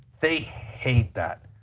they hate that.